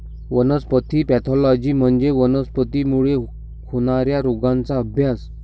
वनस्पती पॅथॉलॉजी म्हणजे वनस्पतींमुळे होणार्या रोगांचा अभ्यास